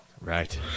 Right